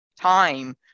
time